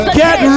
get